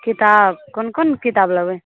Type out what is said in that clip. किताब कोन कोन किताब लेबै